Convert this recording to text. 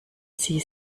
sie